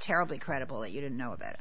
terribly credible you know that